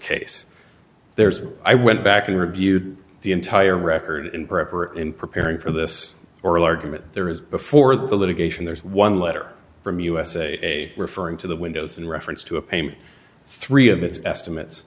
case there's i went back and reviewed the entire record in preparation in preparing for this oral argument there is before the litigation there's one letter from usa referring to the windows in reference to a payment three of its estimates